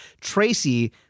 Tracy